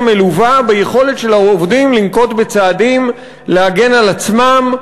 מלווה ביכולת של העובדים לנקוט צעדים להגן על עצמם,